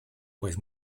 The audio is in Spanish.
pues